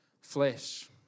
Flesh